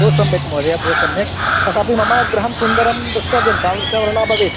बहु सम्यक् महोदय बहु सम्यक् तथापि मम गृहं सुन्दरं द्रष्टव्यं तादृशवर्णः भवेत्